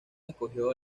escogió